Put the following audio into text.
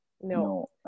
no